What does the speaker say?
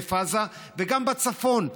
עוטף עזה, וגם בצפון.